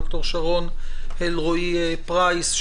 ד"ר שרון אלרעי פרייס,